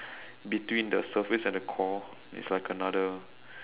between the surface and the core is like another